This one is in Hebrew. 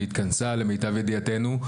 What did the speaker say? והיא התכנסה למיטב ידיעתנו,